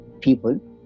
people